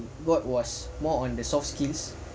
what was more on the soft skills